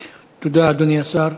תודה, אדוני השר.